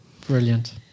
Brilliant